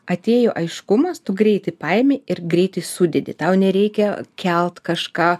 atėjo aiškumas tu greitai paimi ir greitai sudedi tau nereikia kelt kažką